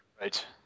Right